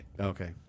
Okay